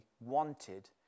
wanted